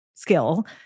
Skill